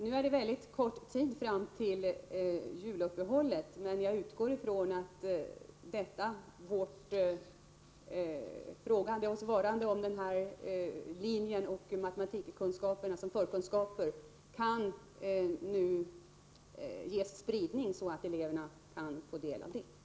Det är nu mycket kort tid kvar fram till juluppehållet, men jag utgår från att detta vårt frågande och svarande om ekonomlinjen och förkunskaperna i matematik ges spridning, så att eleverna kan få del av vad som har sagts.